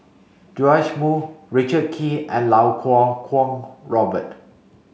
Joash Moo Richard Kee and Iau Kuo Kwong Robert